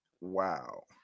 Wow